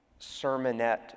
sermonette